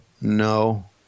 No